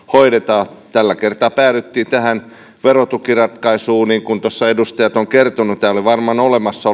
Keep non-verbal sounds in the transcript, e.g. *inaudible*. *unintelligible* hoidetaan tällä kertaa päädyttiin tähän verotukiratkaisuun niin kuin edustajat ovat kertoneet tämä oli varmaan olemassa *unintelligible*